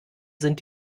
sind